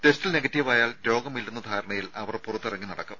ടെസ്റ്റിൽ നെഗറ്റീവായാൽ രോഗമില്ലെന്ന ധാരണയിൽ അവർ പുറത്തിറങ്ങി നടക്കും